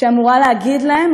שאמורה להגיד להם,